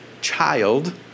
child